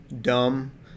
dumb